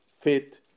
fit